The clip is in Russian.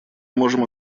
можем